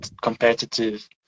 competitive